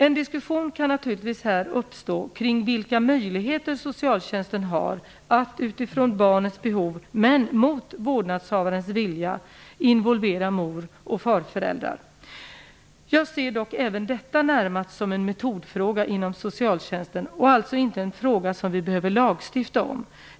En diskussion kan naturligtvis här uppstå kring vilka möjligheter socialtjänsten har att utifrån barnets behov men mot vårdnadshavarnas vilja involvera mor och farföräldrar. Jag ser dock även detta närmast som en metodfråga inom socialtjänsten och alltså inte en fråga som vi behöver lagstifta om.